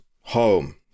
home